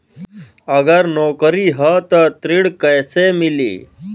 अगर नौकरी ह त ऋण कैसे मिली?